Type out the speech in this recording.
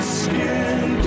skin